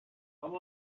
come